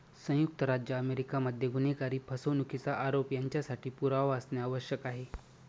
संयुक्त राज्य अमेरिका मध्ये गुन्हेगारी, फसवणुकीचा आरोप यांच्यासाठी पुरावा असणे आवश्यक आहे